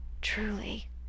truly